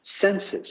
senses